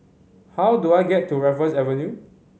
how do I get to Raffles Avenue